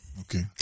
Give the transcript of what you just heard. Okay